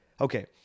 okay